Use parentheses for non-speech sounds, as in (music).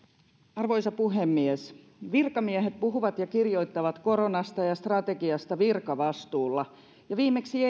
arvoisa puhemies virkamiehet puhuvat ja kirjoittavat koronasta ja strategiasta virkavastuulla ja viimeksi (unintelligible)